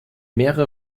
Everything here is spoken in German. mehrere